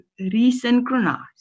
resynchronize